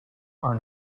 are